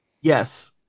Yes